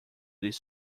this